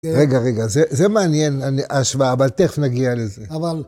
רגע, רגע, זה מעניין, השוואה, אבל תכף נגיע לזה.